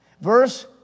Verse